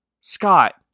Scott